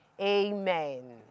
Amen